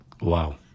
Wow